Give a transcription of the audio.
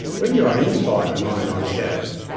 when you are inside an ionised gas,